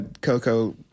Coco